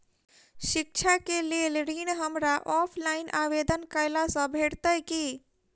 शिक्षा केँ लेल ऋण, हमरा ऑफलाइन आवेदन कैला सँ भेटतय की?